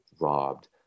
robbed